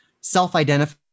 self-identify